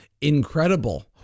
incredible